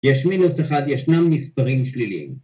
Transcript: ‫יש מינוס אחד, ישנם מספרים שליליים.